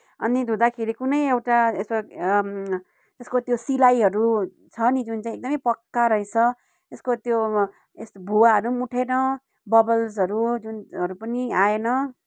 अनि धुँदाखेरि कुनै एउटा यस्तो त्यसको त्यो सिलाइहरू छ नि जुन चाहिँ एकदमै पक्का रहेछ त्यसको त्यो यस्तो भुवाहरू पनि उठेन बबल्सहरू जुनहरू पनि आएन